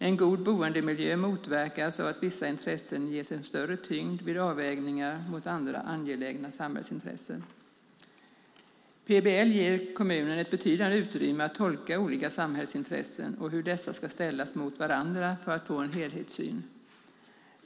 En god boendemiljö motverkas av att vissa intressen ges större tyngd vid avvägningar mot andra angelägna samhällsintressen. PBL ger kommunerna ett betydande utrymme att tolka olika samhällsintressen och hur dessa ska ställas mot varandra för att få en helhetssyn.